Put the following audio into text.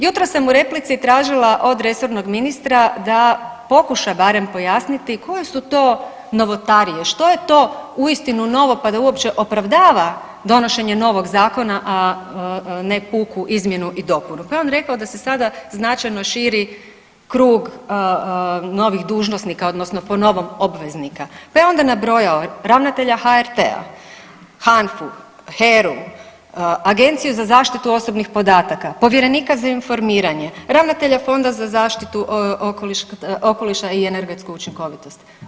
Jutros sam u replici tražila od resornog ministra da pokuša barem pojasniti koje su to novotarije, što je to uistinu novo, pa da uopće opravdava donošenje novog zakona, a ne puku izmjenu i dopunu, pa je on rekao da se sada značajno širi krug novih dužnosnika odnosno po novom obveznika, pa je onda nabrojao ravnatelja HRT-a, HANFA-u, HERA-u, Agenciju za zaštitu osobnih podataka, povjerenika za informiranje, ravnatelja Fonda za zaštitu okoliša i energetsku učinkovitost.